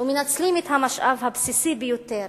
ומנצלים את המשאב הבסיסי ביותר